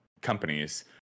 companies